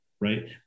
right